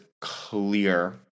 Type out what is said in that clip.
clear